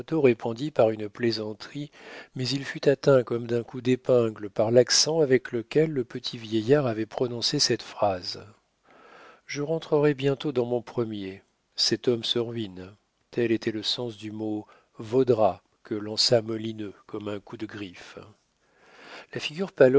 répondit par une plaisanterie mais il fut atteint comme d'un coup d'épingle par l'accent avec lequel le petit vieillard avait prononcé cette phrase je rentrerai bientôt dans mon premier cet homme se ruine tel était le sens du mot vaudra que lança molineux comme un coup de griffe la figure